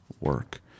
work